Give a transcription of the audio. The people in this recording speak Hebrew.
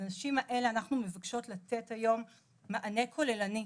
לנשים האלה אנחנו מבקשות לתת היום מענה כוללני,